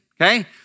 Okay